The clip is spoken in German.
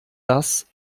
das